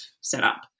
setup